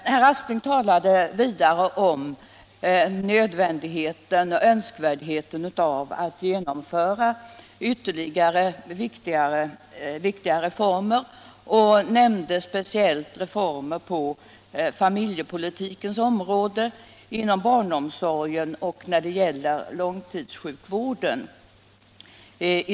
s Herr Aspling talade vidare om nödvändigheten och önskvärdheten av att genomföra ytterligare viktiga reformer. Han nämnde speciellt reformer på familjepolitikens område, inom barnomsorgen och när det gäller långtidssjukvården.